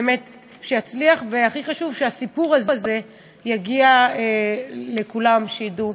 שיצליח, והכי חשוב, שהסיפור הזה יגיע לכולם, שידעו